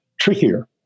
trickier